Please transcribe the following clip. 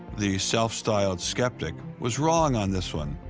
the self-styled skeptic, was wrong on this one.